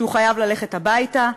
שהוא חייב ללכת הביתה.